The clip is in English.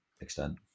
extent